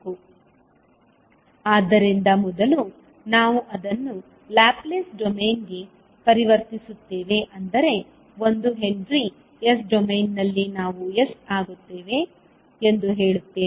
slide ಸಮಯವನ್ನು ಉಲ್ಲೇಖಿಸಿ 2120 ಆದ್ದರಿಂದ ಮೊದಲು ನಾವು ಅದನ್ನು ಲ್ಯಾಪ್ಲೇಸ್ ಡೊಮೇನ್ಗೆ ಪರಿವರ್ತಿಸುತ್ತೇವೆ ಅಂದರೆ 1 ಹೆನ್ರಿ s ಡೊಮೇನ್ನಲ್ಲಿ ನಾವು s ಆಗುತ್ತೇವೆ ಎಂದು ಹೇಳುತ್ತೇವೆ